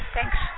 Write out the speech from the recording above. Thanks